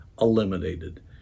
eliminated